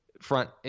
front